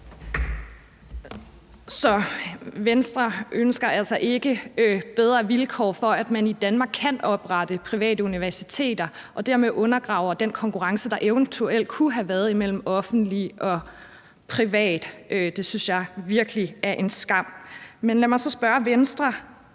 Venstre ønsker altså ikke bedre vilkår for, at man i Danmark kan oprette private universiteter, og dermed undergraver man den konkurrence, der eventuelt kunne have været mellem offentligt og privat. Det synes jeg virkelig er en skam. Men lad mig så spørge Venstre: